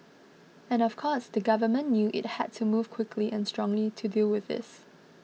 and of course the government knew it had to move quickly and strongly to deal with this